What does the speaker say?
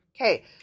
Okay